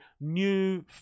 new